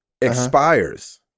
expires